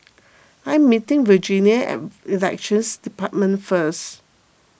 I am meeting Virginia at Elections Department first